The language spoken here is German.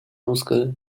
muskel